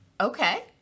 okay